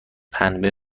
پنبه